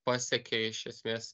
pasiekė iš esmės